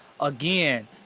again